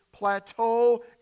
Plateau